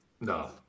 No